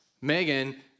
Megan